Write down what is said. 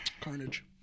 Carnage